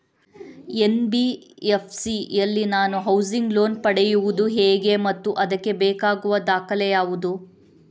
NBFC ಯಲ್ಲಿ ನಾನು housing loan ಪಡೆಯುದು ಹೇಗೆ ಮತ್ತು ಅದಕ್ಕೆ ಬೇಕಾಗುವ ದಾಖಲೆ ಯಾವುದು?